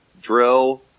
Drill